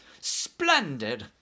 Splendid